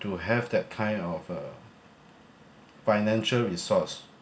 to have that kind of uh financial resource